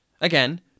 Again